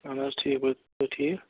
اہن حظ ٹھیٖک پٲٹھۍ ٹھیٖک